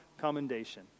commendation